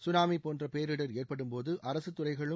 tsunami போன்ற பேரிடர் ஏற்படும்போது அரசுத் துறைகளும்